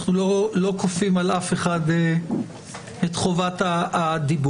אנחנו לא כופים על אף אחד את חובת הדיבור.